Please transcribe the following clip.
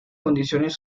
condiciones